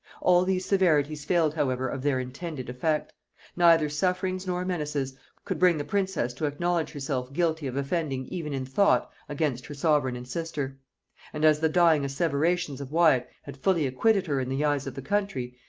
all these severities failed however of their intended effect neither sufferings nor menaces could bring the princess to acknowledge herself guilty of offending even in thought against her sovereign and sister and as the dying asseverations of wyat had fully acquitted her in the eyes of the country,